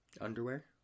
Underwear